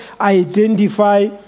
identify